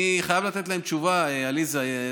אני חייב לתת להם תשובה, עליזה.